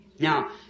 Now